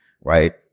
right